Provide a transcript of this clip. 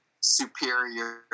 superior